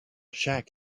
shack